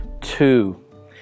two